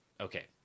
okay